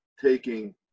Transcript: taking